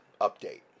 update